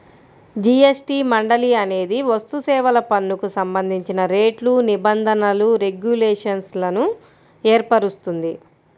GST మండలి అనేది వస్తుసేవల పన్నుకు సంబంధించిన రేట్లు, నిబంధనలు, రెగ్యులేషన్లను ఏర్పరుస్తుంది